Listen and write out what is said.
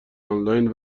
آنلاین